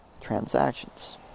transactions